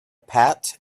pat